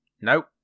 Nope